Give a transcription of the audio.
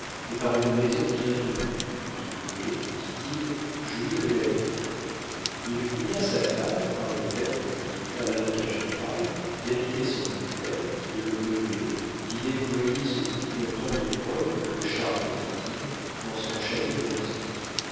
et par une maison bien tenue il voulait dit-il jouir de la vie il pria sa femme par une lettre que dicta lavocat général d'habiter son hôtel de le meubler d'y déployer ce goût dont tant de preuves le charmaient dit-il dans son château d'anzy